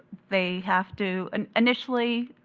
they have to, and initially,